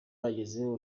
wagezeho